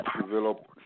develop